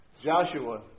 Joshua